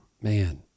man